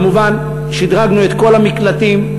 כמובן שדרגנו את כל המקלטים,